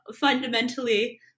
fundamentally